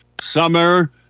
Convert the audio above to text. summer